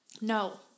no